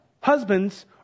Husbands